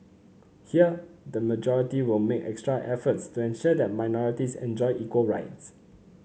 here the majority will make extra efforts to ensure that minorities enjoy equal rights